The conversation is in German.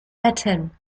retten